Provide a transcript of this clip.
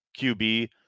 QB